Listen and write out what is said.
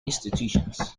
institutions